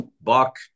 Buck